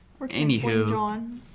Anywho